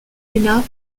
léna